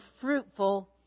fruitful